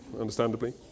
understandably